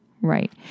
right